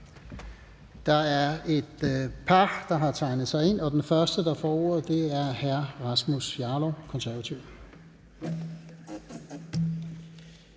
Der er et par spørgere, der har tegnet sig ind, og den første, der får ordet, er hr. Rasmus Jarlov, Konservative.